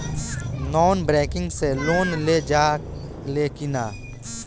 Non banking से loan लेल जा ले कि ना?